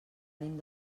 ànim